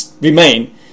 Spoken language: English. remain